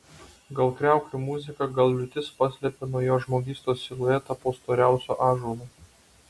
gal kriauklių muzika gal liūtis paslėpė nuo jo žmogystos siluetą po storiausiu ąžuolu